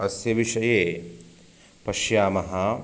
अस्य विषये पश्यामः